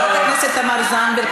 חברת הכנסת תמר זנדברג,